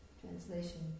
Translation